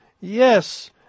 yes